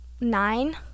Nine